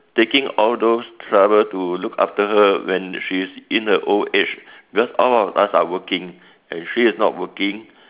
taking all those trouble to look after her when she is in her old age because all of us are working and she is not working